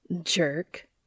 Jerk